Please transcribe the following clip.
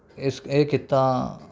ਇਹ ਕਿੱਤਾ